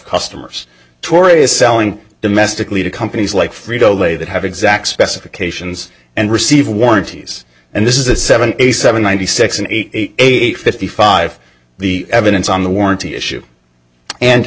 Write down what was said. customers tory is selling domestically to companies like frito lay that have exact specifications and receive warranties and this is a seven a seven ninety six and eighty eight fifty five the evidence on the warranty issue and